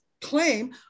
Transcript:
claim